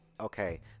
okay